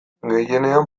gehienean